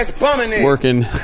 working